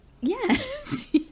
Yes